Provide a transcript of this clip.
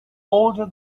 older